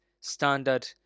standard